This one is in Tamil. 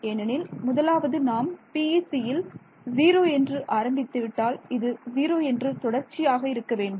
ஏனெனில் முதலாவது நாம் PECல் ஜீரோ என்று ஆரம்பித்துவிட்டால் இது ஜீரோ என்று தொடர்ச்சியாக இருக்க வேண்டும்